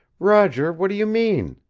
roger, what do you mean?